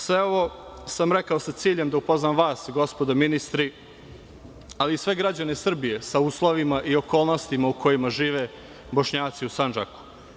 Sve ovo sam rekao sa ciljem da upoznam i vas gospodo ministri, a i sve građane Srbije sa uslovima i okolnostima u kojima žive Bošnjaci u Sandžaku.